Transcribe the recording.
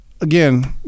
again